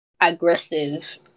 aggressive